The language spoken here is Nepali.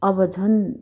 अब झन्